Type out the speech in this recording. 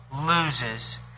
loses